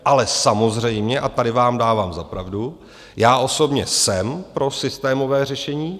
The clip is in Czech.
Ale samozřejmě, a tady vám dávám za pravdu, já osobně jsem pro systémové řešení.